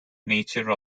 nature